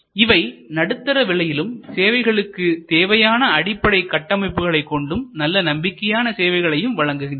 இவை நடுத்தர விலையிலும் சேவைகளுக்கு தேவையான அடிப்படை கட்டமைப்புகளை கொண்டும் நல்ல நம்பிக்கையான சேவைகளையும் வழங்குகின்றனர்